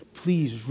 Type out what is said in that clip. please